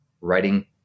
writing